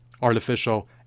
artificial